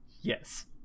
Yes